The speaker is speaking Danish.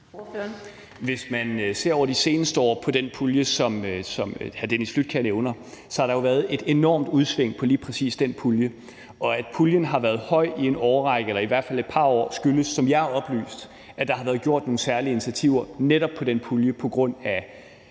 Hvis man ser på den pulje, som hr. Dennis Flydtkjær nævner, har der jo over de seneste år været et enormt udsving på lige præcis den pulje. Og at puljen har været høj i en årrække, eller i hvert fald i et par år, skyldes, sådan som jeg har fået det oplyst, at der er blevet taget nogle særlige initiativer netop i forhold til den pulje på grund af